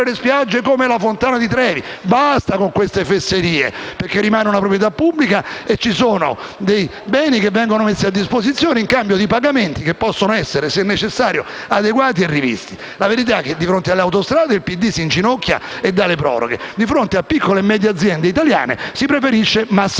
le spiagge come la Fontana di Trevi. Basta con queste stupidaggini, perché il litorale rimane proprietà pubblica e ci sono beni che vengono messi a disposizione in cambio di pagamenti che, se necessario, possono essere adeguati e rivisti. La verità è che di fronte alle autostrade il PD si inginocchia e concede le proroghe; di fronte alle piccole e medie aziende italiane preferisce il